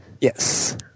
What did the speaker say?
Yes